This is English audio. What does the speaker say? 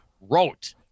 wrote